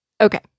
Okay